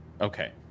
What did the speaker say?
okay